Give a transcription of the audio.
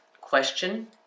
question